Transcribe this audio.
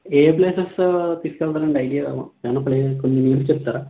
ఏ places తిప్పుతారు అండి daily ఏవైన కొన్ని లిస్టు చెప్తారా